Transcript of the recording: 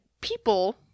people